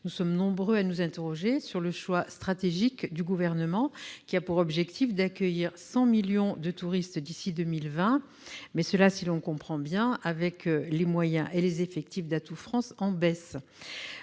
nous sommes nombreux à nous interroger sur le choix stratégique du Gouvernement, qui a pour objectif d'accueillir 100 millions de touristes d'ici à 2020, mais cela, si l'on comprend bien, avec des moyens et des effectifs en baisse